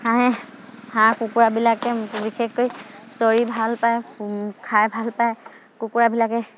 হাঁহে হাঁহ কুকুৰাবিলাকে বিশেষকৈ চৰি ভালপায় খাই ভালপায় কুকুৰাবিলাকে